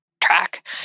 track